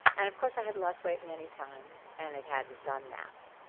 and of course, i had lost weight many times, and it hadn't done that.